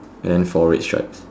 and four red stripes